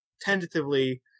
tentatively